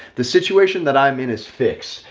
the situation that i'm in is fix,